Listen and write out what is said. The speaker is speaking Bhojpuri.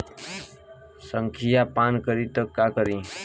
संखिया पान करी त का करी?